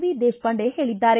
V Deshpande ಹೇಳಿದ್ದಾರೆ